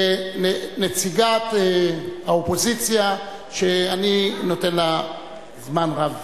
כנציגת האופוזיציה, שאני נותן לה זמן רב.